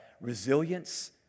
resilience